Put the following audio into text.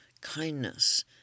kindness